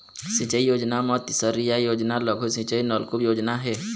सिंचई योजना म तीसरइया योजना लघु सिंचई नलकुप योजना हे